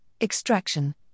Extraction